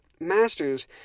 masters